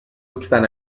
obstant